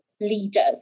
leaders